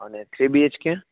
અને three B H કે